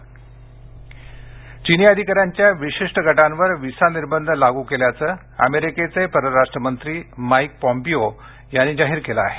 America चीन visa चीनी अधिकाऱ्यांच्या विशिष्ट गटांवर व्हिसा निर्बंध लागू केल्याचे अमेरिकेचे परराष्ट्र मंत्री माइक पॉम्पिओ यांनी जाहीर केलं आहे